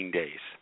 days